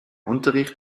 unterricht